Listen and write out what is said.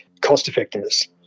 cost-effectiveness